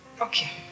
okay